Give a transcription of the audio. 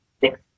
six